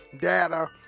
data